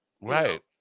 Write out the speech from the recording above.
right